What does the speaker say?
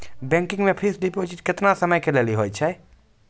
Bank मे fixed deposit केतना समय के लेली होय छै?